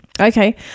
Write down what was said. Okay